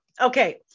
Okay